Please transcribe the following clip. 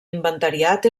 inventariat